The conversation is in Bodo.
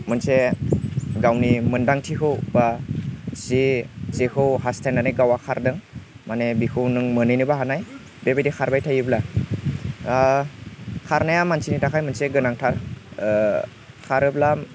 मोनसे गावनि मोन्दांथिखौ बा एसे जेखौ गाव हास्थायनानै खारदों माने बेखौ नों मोनहैनोबो हानाय बेबायदि खारबाय थायोब्ला खारनाया मानसिनि थाखाय मोनसे गोनांथार खारोब्ला